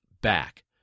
back